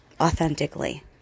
authentically